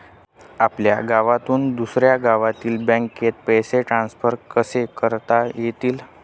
आपल्या गावातून दुसऱ्या गावातील बँकेत पैसे ट्रान्सफर कसे करता येतील?